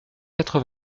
quatre